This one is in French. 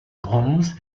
bronze